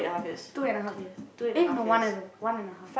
two and half years eh no one and a one and a half